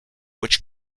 which